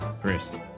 Chris